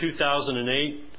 2008